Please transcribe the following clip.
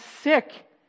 sick